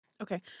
Okay